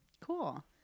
Cool